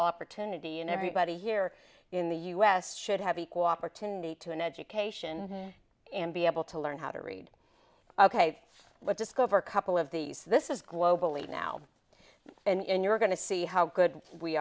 opportunity and everybody here in the u s should have equal opportunity to an education and be able to learn how to read ok what discover a couple of these this is globally now and you're going to see how good we